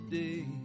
day